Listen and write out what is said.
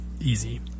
easy